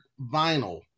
vinyl